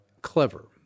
clever